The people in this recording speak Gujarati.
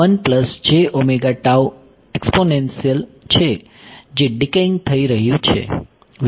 તે એક્સ્પોનેન્શીયલ છે જે ડીકેયિંગ થઈ રહ્યું છે